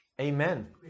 Amen